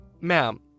Ma'am